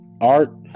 art